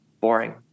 boring